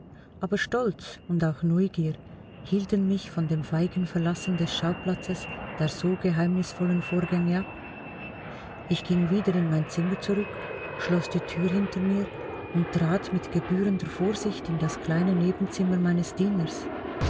aber stolz und auch neugier hielten mich von dem feigen verlassen des schauplatzes der so geheimnisvollen vorgänge ab ich ging wieder in mein zimmer zurück schloß die tür hinter mir und trat mit gebührender vorsicht in das kleine nebenzimmer meines dieners